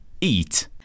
Eat